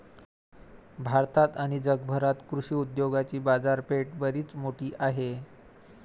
भारतात आणि जगभरात कृषी उद्योगाची बाजारपेठ बरीच मोठी आहे